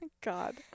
God